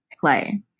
play